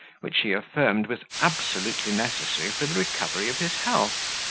which he affirmed was absolutely necessary for the recovery of his health.